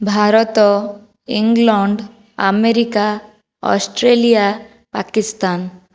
Bharat England America Australia Pakistan